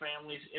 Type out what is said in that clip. families